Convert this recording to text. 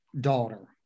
daughter